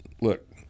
look